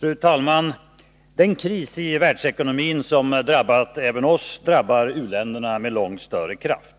Fru talman! Den kris i världsekonomin som har drabbat även oss drabbar u-länderna med långt större kraft.